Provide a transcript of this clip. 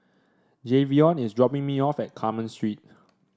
Jayvion is dropping me off at Carmen Street